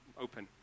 open